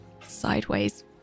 sideways